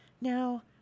Now